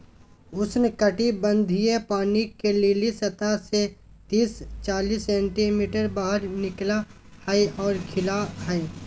उष्णकटिबंधीय पानी के लिली सतह से तिस चालीस सेंटीमीटर बाहर निकला हइ और खिला हइ